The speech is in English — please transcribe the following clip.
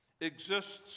exists